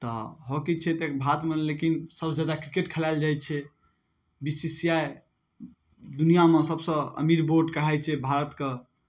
तऽ हॉकी छियै तऽ भारतमे लेकिन सबसँ जादा क्रिकेट खेलायल जाइ छै बी सी सी आई दुनिआमे सबसँ अमीर बोर्ड कहाइ छै भारतके